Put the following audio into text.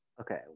Okay